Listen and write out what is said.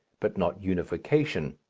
but not unification.